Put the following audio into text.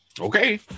okay